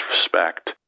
respect